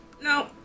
No